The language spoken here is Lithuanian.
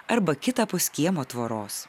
arba kitapus kiemo tvoros